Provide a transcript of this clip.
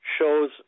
shows